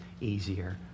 easier